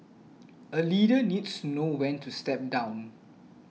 a leader needs to know when to step down